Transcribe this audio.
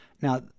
Now